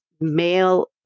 male